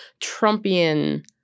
Trumpian